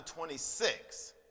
26